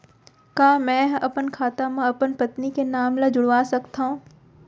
का मैं ह अपन खाता म अपन पत्नी के नाम ला जुड़वा सकथव?